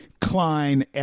Klein